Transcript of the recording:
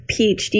PhD